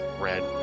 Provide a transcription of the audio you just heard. red